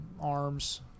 arms